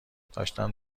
داشتم